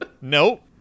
Nope